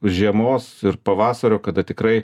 žiemos ir pavasario kada tikrai